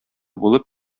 булып